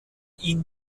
ihn